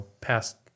past